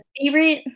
favorite